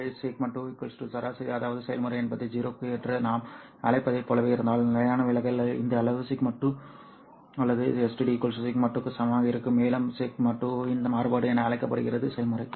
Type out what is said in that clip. ஆகவே 0 இன் சராசரி அதாவது செயல்முறை என்பது 0 என்று நாம் அழைப்பதைப் போலவே இருந்தால் நிலையான விலகல் இந்த அளவு σ 2 அல்லது STD2 σ2 க்கு சமமாக இருக்கும் மேலும் and σ2 இன் மாறுபாடு என அழைக்கப்படுகிறது செயல்முறை